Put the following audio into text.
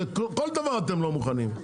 כל דבר אתם לא מוכנים.